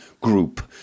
group